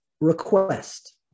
request